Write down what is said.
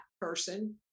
person